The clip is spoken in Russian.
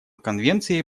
конвенции